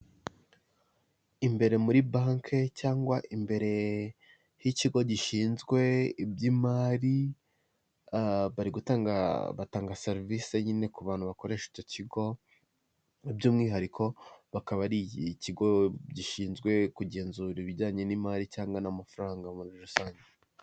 Imbere muri banki cyangwa imbere y'ikigo gishinzwe iby'imari bari batanga serivisi nyine ku bantu bakoresha icyo kigo, by'umwihariko bakaba ari ikigo gishinzwe kugenzura ibijyanye n'imari cyangwa n'amafaranga muri rusange.